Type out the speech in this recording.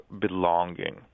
belonging